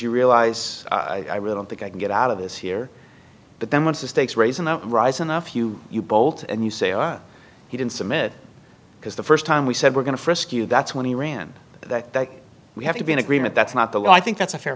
you realize i really don't think i can get out of this here but then once the stakes raise and i rise enough you you bolt and you say or he didn't submit because the first time we said we're going to frisk you that's when he ran that we have to be in agreement that's not the law i think that's a fair